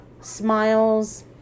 smiles